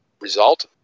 result